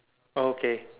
okay